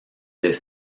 des